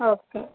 okay